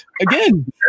again